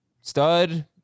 Stud